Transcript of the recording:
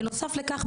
בנוסף לכך,